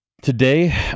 Today